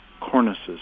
cornices